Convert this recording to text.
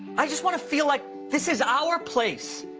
i just want to feel like this is our place.